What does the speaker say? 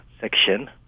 section